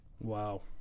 Wow